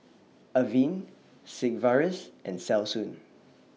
Avene Sigvaris and Selsun